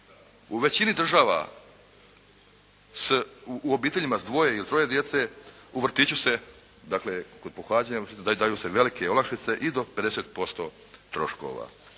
U većini država u obiteljima s dvoje ili troje djece u vrtiću se kod pohađanja daju velike olakšice i do 50% troškova.